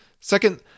Second